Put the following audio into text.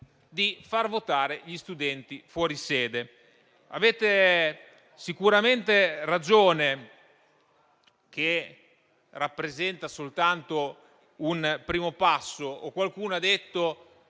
di far votare gli studenti fuori sede. Avete sicuramente ragione nel dire che ciò rappresenta soltanto un primo passo. Qualcuno ha detto